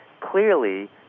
clearly